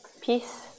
peace